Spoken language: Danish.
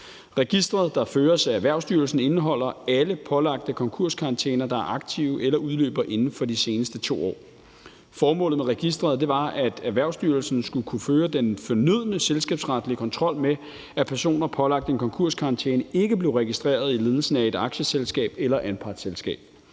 Registeret, der føres af Erhvervsstyrelsen, indeholder alle pålagte konkurskarantæner, der er aktive eller udløber inden for de nærmeste 2 år. Formålet med registeret var, at Erhvervsstyrelsen skulle kunne føre den fornødne selskabsretlige kontrol med, at personer pålagt en konkurskarantæne ikke blev registreret i ledelsen af et aktieselskab eller anpartsselskab.